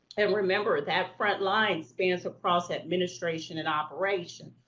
and remember that front line spans across administration and operation,